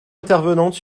intervenante